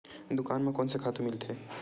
दुकान म कोन से खातु मिलथे?